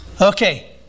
Okay